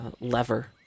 lever